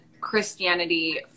christianity